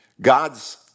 God's